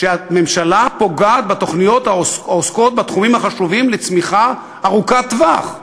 שהממשלה פוגעת בתוכניות העוסקות בתחומים החשובים לצמיחה ארוכת טווח,